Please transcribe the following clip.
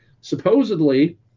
supposedly